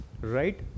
Right